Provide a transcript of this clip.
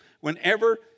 whenever